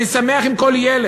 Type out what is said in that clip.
אני שמח עם כל ילד.